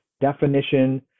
definition